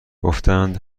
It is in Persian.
گفتند